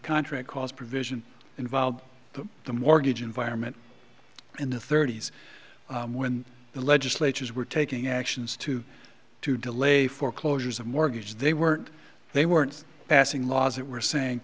contract cause provision involve the mortgage environment in the thirty's when the legislatures were taking actions to to delay foreclosures of mortgages they weren't they weren't passing laws that were saying